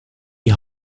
die